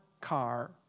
car